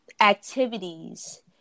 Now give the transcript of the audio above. activities